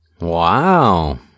Wow